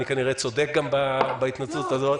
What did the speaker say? אני כנראה צודק גם בהתנצלות הזאת.